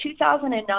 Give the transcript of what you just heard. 2009